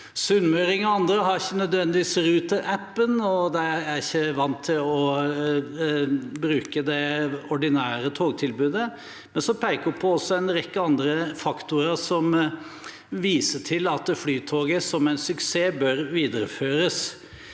sunnmøringer og andre ikke nødvendigvis har Ruter-appen og er vant til å bruke det ordinære togtilbudet. Hun peker også på en rekke andre faktorer som viser at Flytoget som en suksess bør videreføres.